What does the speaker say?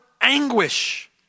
anguish